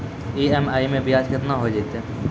EMI मैं ब्याज केतना हो जयतै?